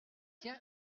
tiens